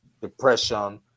depression